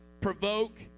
provoke